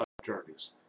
attorneys